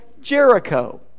Jericho